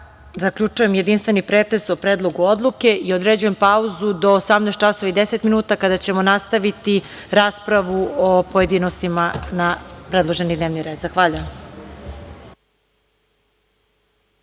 zaključujem jedinstveni pretres o Predlogu odluke i određujem pauzu do 18.10 časova, kada ćemo nastaviti raspravu o pojedinostima na predloženi dnevni red. Zahvaljujem.(Posle